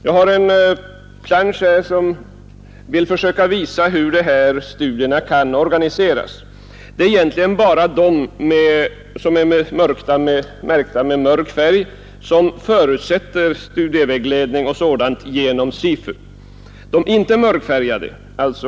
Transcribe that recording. På kammarens TV-skärm visas nu en plansch av vilken framgår hur studierna kan organiseras.